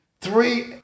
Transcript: three